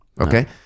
okay